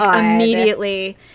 immediately